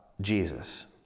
Jesus